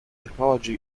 technology